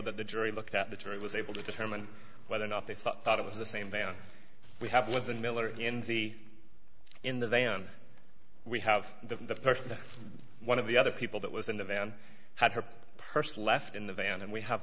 that the jury looked at the jury was able to determine whether or not they thought it was the same van we have was in miller in the in the van we have the person one of the other people that was in the van had her purse left in the van and we have